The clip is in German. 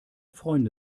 freunde